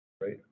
right